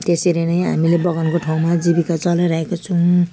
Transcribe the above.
त्यसरी नै हामीले बगानको ठाउँमा जीविका चलाइरहेका छौँ